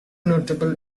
notable